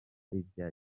ibya